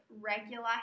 regular